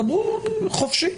דברו חופשי.